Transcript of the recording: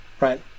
right